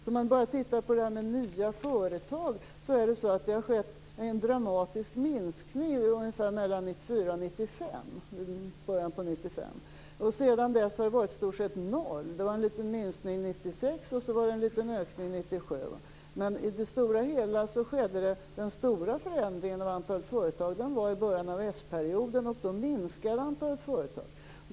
När det gäller nya företag har det skett en dramatisk minskning ungefär mellan 1994 och början av 1995. Sedan dess har förändringen varit i stort sett noll. Det var en liten minskning 1996 och en liten ökning 1997. Men i det stora hela skedde den stora förändringen av antalet företag i början av s-perioden, och då minskade antalet företag.